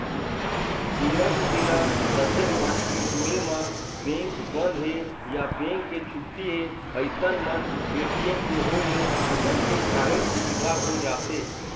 बेरा उबेरा तबीयत पानी के डोले म बेंक बंद हे या बेंक के छुट्टी हे अइसन मन ए.टी.एम के होय ले मनखे काहेच सुबिधा हो जाथे